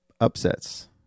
upsets